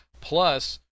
plus